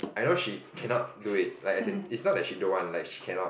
I know she cannot do it like as in is not she don't want like she cannot